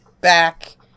back